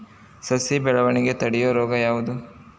ಸಸಿ ಬೆಳವಣಿಗೆ ತಡೆಯೋ ರೋಗ ಯಾವುದು?